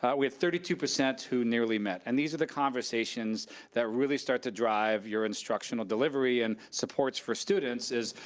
we had thirty two percent who nearly met, and these are the conversations that really start to drive your instructional delivery in and supports for students is,